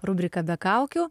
rubrika be kaukių